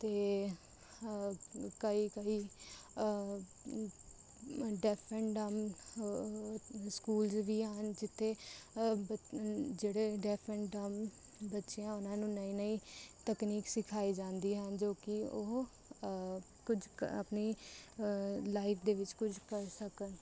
ਅਤੇ ਕਈ ਕਈ ਡੈਫ ਐਂਡ ਡੰਮ ਸਕੂਲਜ਼ ਵੀ ਹਨ ਜਿੱਥੇ ਬੱ ਜਿਹੜੇ ਡੈਫ ਐਂਡ ਡੰਮ ਬੱਚੇ ਹੈ ਉਹਨਾਂ ਨੂੰ ਨਈਂ ਨਈਂ ਤਕਨੀਕ ਸਿਖਾਈ ਜਾਂਦੀ ਹਨ ਜੋ ਕਿ ਉਹ ਕੁਝ ਕ ਆਪਣੀ ਲਾਈਫ਼ ਦੇ ਵਿੱਚ ਕੁਝ ਕਰ ਸਕਣ